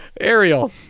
Ariel